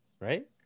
Right